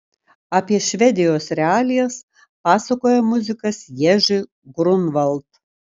apie švedijos realijas pasakoja muzikas ježy grunvald